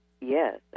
Yes